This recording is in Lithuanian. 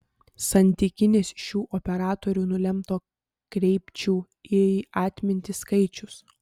santykinis šių operatorių nulemto kreipčių į atmintį skaičius